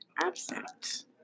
absent